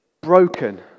broken